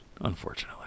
unfortunately